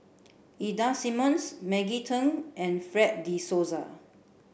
Ida Simmons Maggie Teng and Fred de Souza